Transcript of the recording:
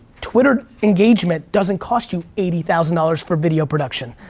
twitter engagement doesn't cost you eighty thousand dollars for video production,